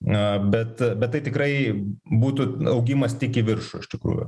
na bet bet tai tikrai būtų augimas tik į viršų iš tikrųjų